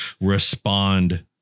respond